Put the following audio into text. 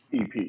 EP